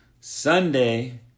Sunday